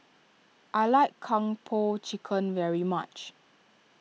I like Kung Po Chicken very much